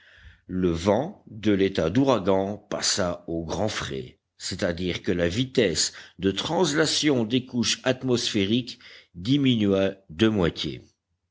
le vent de l'état d'ouragan passa au grand frais c'est-à-dire que la vitesse de translation des couches atmosphériques diminua de moitié